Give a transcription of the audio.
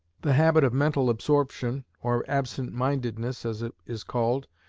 the habit of mental absorption, or absent-mindedness as it is called,